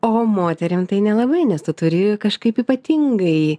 o moterim tai nelabai nes turi kažkaip ypatingai